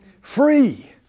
Free